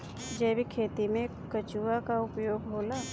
जैविक खेती मे केचुआ का उपयोग होला?